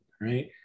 right